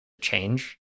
change